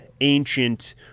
ancient